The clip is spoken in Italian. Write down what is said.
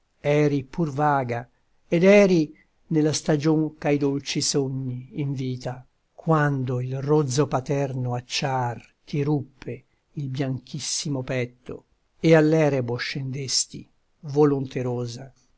eri pur vaga ed eri nella stagion ch'ai dolci sogni invita quando il rozzo paterno acciar ti ruppe il bianchissimo petto e all'erebo scendesti volonterosa a